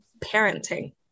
parenting